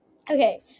okay